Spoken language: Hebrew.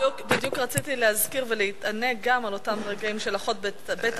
בדיוק רציתי להזכיר ולהתענג גם על אותם רגעים של אחות בית-הספר,